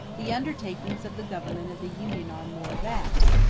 the undertakings of the government of the union are more vast,